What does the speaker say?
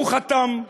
הוא חתם.